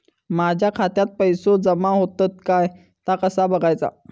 माझ्या खात्यात पैसो जमा होतत काय ता कसा बगायचा?